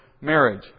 marriage